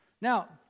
Now